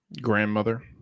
grandmother